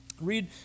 Read